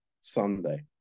Sunday